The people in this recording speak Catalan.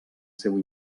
seu